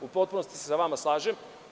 U potpunosti se s vama slažem.